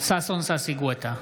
ששון ששי גואטה,